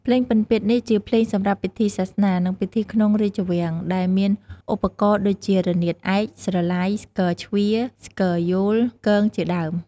ភ្លេងពិណពាទ្យនេះជាភ្លេងសម្រាប់ពិធីសាសនា និងពិធីក្នុងរាជវាំង ដែលមានឧបករណ៍ដូចជា រនាតឯក ស្រឡៃ ស្គរជ្វា ស្គរយោល គង ជាដើម។